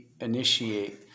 initiate